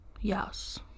Yes